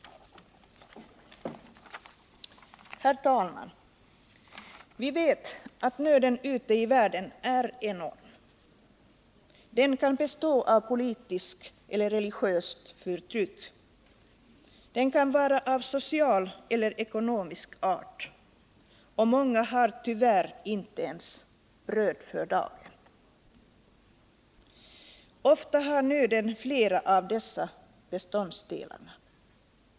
Herr talman! Vi vet att nöden ute i världen är enorm. Den kan bestå av politiskt eller religiöst förtryck, den kan vara av social eller ekonomisk art, och många har tyvärr inte ens bröd för dagen. Ofta har nöden flera av dessa beståndsdelar.